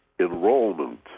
enrollment